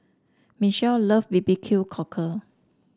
Michel love B B Q Cockle